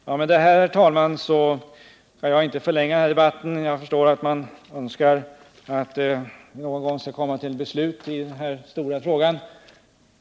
Jag skall, herr talman, inte förlänga debatten ytterligare. Jag förstår att man önskar någon gång komma till beslut i den här stora frågan.